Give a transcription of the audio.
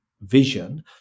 vision